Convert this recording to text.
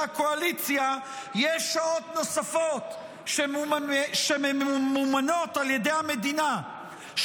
הקואליציה יש שעות נוספות שממומנות על ידי המדינה,